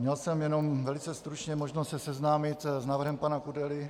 Měl jsem jenom velice stručně možnost se seznámit s návrhem pana Kudely.